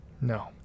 No